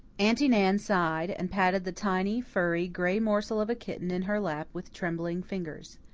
aunty nan sighed, and patted the tiny, furry, gray morsel of a kitten in her lap with trembling fingers.